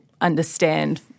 understand